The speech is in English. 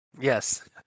Yes